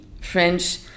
French